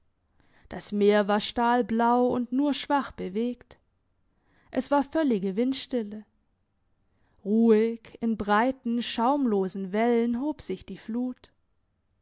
das meer war stahlblau und nur schwach bewegt es war völlige windstille ruhig in breiten schaumlosen wellen hob sich die flut